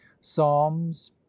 psalms